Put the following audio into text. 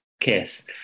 kiss